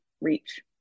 reach